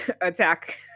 attack